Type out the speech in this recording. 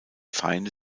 feinde